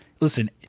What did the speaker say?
Listen